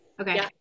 Okay